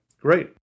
Great